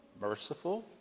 merciful